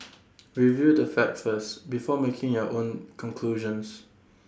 review the facts first before making your own conclusions